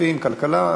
כספים וכלכלה,